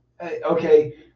okay